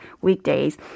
weekdays